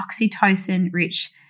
oxytocin-rich